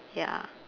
ya